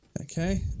Okay